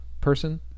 person